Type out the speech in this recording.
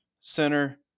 center